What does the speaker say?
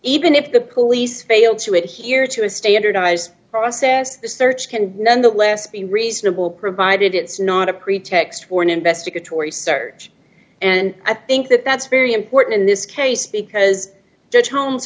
even if the police fail to adhere to a standardized process the search can nonetheless be reasonable provided it's not a pretext for an investigatory search and i think that that's very important in this case because